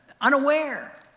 unaware